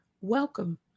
welcome